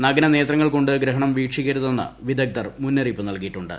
നഗ്ന നേത്രങ്ങൾകൊണ്ട് ഗ്രഹണം വീക്ഷിക്കരുതെന്ന് വിദഗ്ദ്ധർ മുന്നറിയിപ്പ് നൽകിയിട്ടുണ്ട്